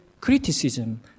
criticism